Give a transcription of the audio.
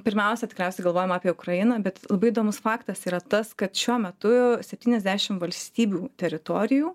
pirmiausia tikriausiai galvojam apie ukrainą bet labai įdomus faktas yra tas kad šiuo metu septyniasdešim valstybių teritorijų